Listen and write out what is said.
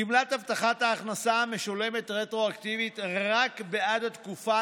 גמלת הבטחת ההכנסה משולמת רטרואקטיבית רק בעד התקופה